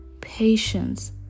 patience